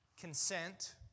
consent